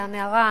הנערה,